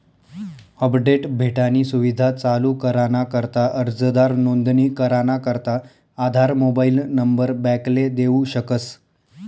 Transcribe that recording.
update भेटानी सुविधा चालू कराना करता अर्जदार नोंदणी कराना करता आधार मोबाईल नंबर बॅकले देऊ शकस